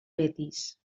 betis